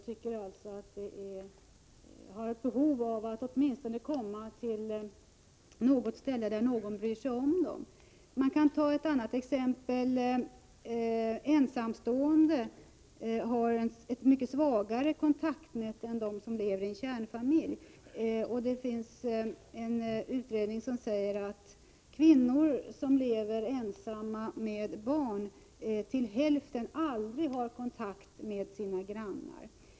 De har ett behov av att komma till något ställe där någon bryr sig om dem. Jag kan ta ett annat exempel. Ensamstående har ett mycket svagare kontaktnät än de som lever i en kärnfamilj. Det finns en utredning som visar att hälften av alla kvinnor som lever ensamma med barn aldrig har kontakt med sina grannar.